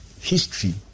history